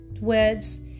words